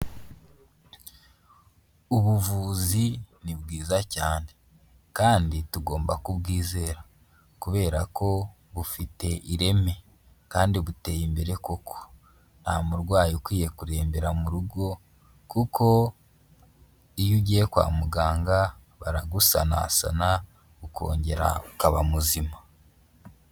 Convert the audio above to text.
Ubuvuzi ni bwiza cyane kandi tugomba kubwizera kubera ko bufite ireme kandi buteye imbere koko, nta murwayi ukwiye kurembera mu rugo kuko iyo ugiye kwa muganga baragusanasana ukongera ukaba muzima.